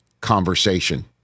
conversation